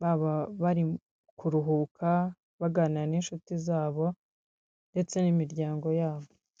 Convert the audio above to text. baba bari kuruhuka, baganira n'inshuti zabo, ndetse n'imiryango yabo.